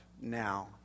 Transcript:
now